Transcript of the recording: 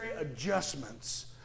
adjustments